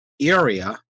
area